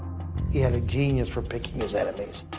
he had a genius for picking his enemies.